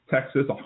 Texas